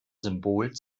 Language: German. symbol